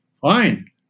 fine